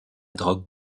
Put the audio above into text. drogue